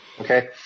okay